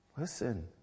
Listen